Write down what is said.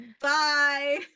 Bye